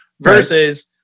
versus